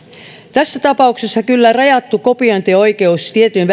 tässä tapauksessa kyllä rajattu kopiointioikeus tietyn